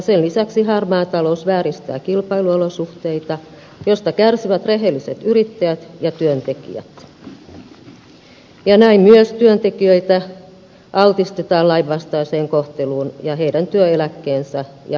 sen lisäksi harmaa talous vääristää kilpailuolosuhteita mistä kärsivät rehelliset yrittäjät ja työntekijät ja näin myös työntekijöitä altistetaan lainvastaiseen kohteluun ja heidän työeläkkeensä ja ansioturvansa eivät kerry